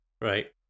right